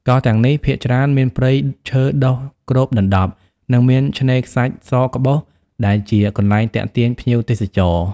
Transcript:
កោះទាំងនេះភាគច្រើនមានព្រៃឈើដុះគ្របដណ្តប់ និងមានឆ្នេរខ្សាច់សក្បុស ដែលជាកន្លែងទាក់ទាញភ្ញៀវទេសចរ។